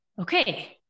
okay